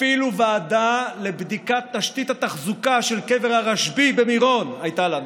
אפילו ועדה לבדיקת תשתית התחזוקה של קבר הרשב"י במירון הייתה לנו,